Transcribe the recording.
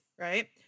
right